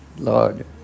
Lord